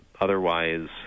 Otherwise